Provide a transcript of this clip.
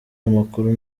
amakuru